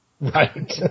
Right